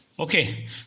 okay